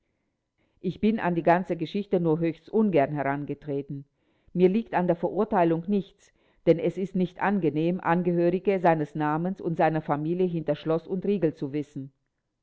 ich bin an die ganze geschichte nur höchst ungern herangetreten mir liegt an der verurteilung nichts denn es ist nicht angenehm angehörige seines namens und seiner familie hinter schloß und riegel zu wissen